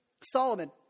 Solomon